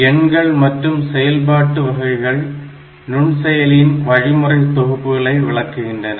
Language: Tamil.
எண்கள் மற்றும் செயல்பாட்டு வகைகள் நுண்செயலியின் வழிமுறை தொகுப்புகளை விளக்குகின்றன